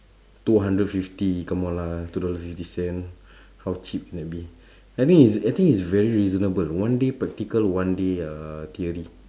two hundred fifty come on lah two dollar fifty cent how cheap can that be I think it's I think it's very reasonable one day practical one day theory